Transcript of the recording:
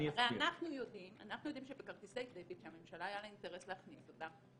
הרי אנחנו יודעים שבכרטיסי דביט שלממשלה היה אינטרס להכניס אותם,